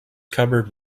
cupboard